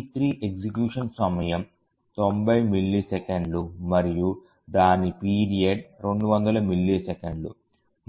T3 execution సమయం 90 మిల్లీసెకన్లు మరియు దాని పీరియడ్ 200 మిల్లీసెకన్లు